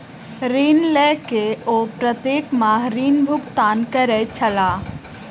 ऋण लय के ओ प्रत्येक माह ऋण भुगतान करै छलाह